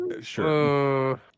sure